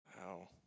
Wow